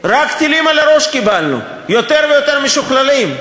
רק טילים על הראש קיבלנו, יותר ויותר משוכללים.